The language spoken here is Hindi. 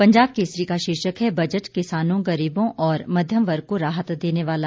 पंजाब केसरी का शीर्षक है बजट किसानों गरीबों और मध्यम वर्ग को राहत देने वाला